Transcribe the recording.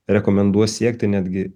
rekomenduos siekti netgi